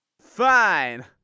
Fine